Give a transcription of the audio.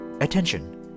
Attention